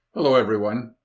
hello everyone.